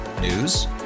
News